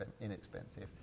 inexpensive